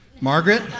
Margaret